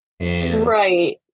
Right